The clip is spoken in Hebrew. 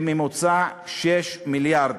בממוצע, 6 מיליארד.